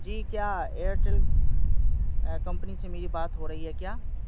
جی کیا Airtel company سے میری بات ہو رہی ہے کیا